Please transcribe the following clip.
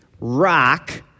rock